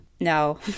no